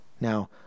Now